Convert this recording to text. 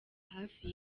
hafi